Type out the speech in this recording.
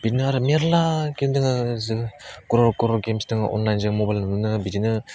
बिदिनो आरो मेरला गेम दोङो जों कर'ल कर'ल गेमस दोङ अनलाइनजों मबेल बिदिनो